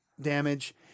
damage